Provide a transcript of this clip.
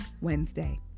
Wednesday